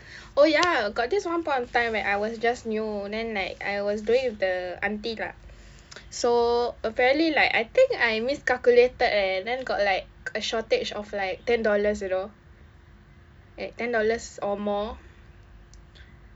oh ya got this one point of time when I was just new then like I was doing with the aunty lah so apparently like I think I miscalculated leh then got like a shortage of like ten dollars you know like ten dollars or more